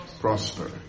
prosper